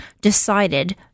decided